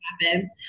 happen